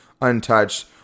untouched